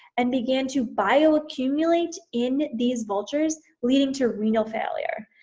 and began to bioaccumulate in these vultures, leading to renal failure.